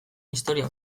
historia